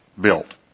built